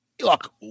Look